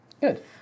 Good